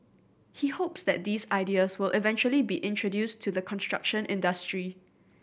he hopes that these ideas will eventually be introduced to the construction industry